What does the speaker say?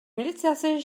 милициясы